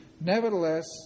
Nevertheless